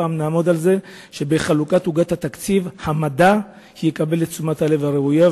הפעם נעמוד על זה שבחלוקת עוגת התקציב יקבל המדע את תשומת הלב הראויה,